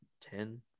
ten